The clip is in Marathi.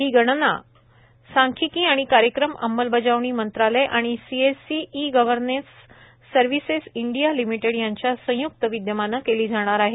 ही गणना सांख्यिकी आणि कार्यक्रम अंमलबजावणी मंत्रालय आणि सीएससी ई गव्हर्नन्स सव्हिसेस इंडिया लिमिटेड यांच्या संयुक्त विदयमानं केली जाणार आहे